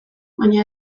baina